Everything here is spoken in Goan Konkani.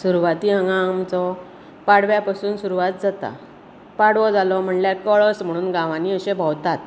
सुरवातीक हांगा आमचो पाडव्या पसून सुरवात जाता पाडवो जालो म्हणल्यार कळस म्हणून गावांनी अशे भोंवतात